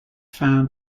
found